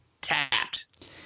tapped